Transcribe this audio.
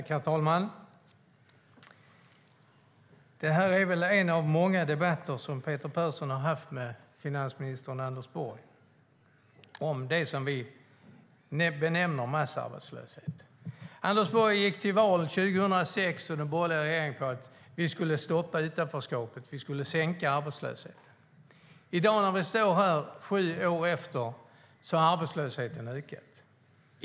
Herr talman! Det här är väl en av många debatter som Peter Persson har haft med finansminister Anders Borg om det som vi benämner massarbetslöshet. Anders Borg och den borgerliga regeringen gick till val 2006 på att stoppa utanförskapet och sänka arbetslösheten. Sju år senare har arbetslösheten ökat.